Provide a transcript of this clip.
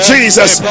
Jesus